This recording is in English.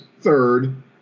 third